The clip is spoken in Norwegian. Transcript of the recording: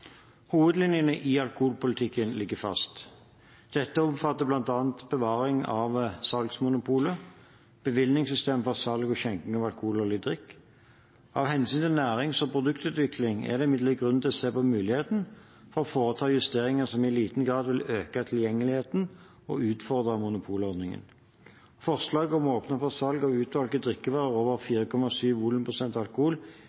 Hovedlinjene i alkoholpolitikken ligger fast. Dette omfatter bl.a. bevaring av salgsmonopolet og bevillingssystemet for salg og skjenking av alkoholholdig drikk. Av hensyn til nærings- og produktutvikling er det imidlertid grunn til å se på muligheten for å foreta justeringer som i liten grad vil øke tilgjengeligheten og utfordre monopolordningen. Forslaget om å åpne for salg av utvalgte drikkevarer over